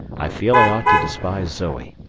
i feel i ought to despise zoe,